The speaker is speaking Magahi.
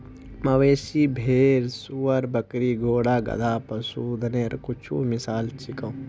मवेशी, भेड़, सूअर, बकरी, घोड़ा, गधा, पशुधनेर कुछु मिसाल छीको